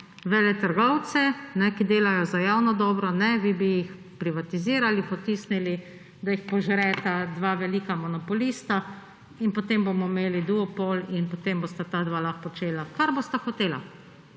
veletrgovce, ki delajo za javno dobro, bi jih vi privatizirali, potisnili, da jih požreta dva velika monopolista. In potem bomo imeli duopol in potem bosta ta dva lahko počela, kar bosta hotela.